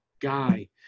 guy